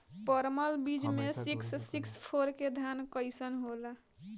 परमल बीज मे सिक्स सिक्स फोर के धान कईसन होला?